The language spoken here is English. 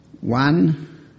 One